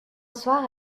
soir